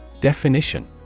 Definition